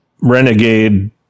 renegade